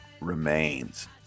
remains